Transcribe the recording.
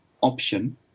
option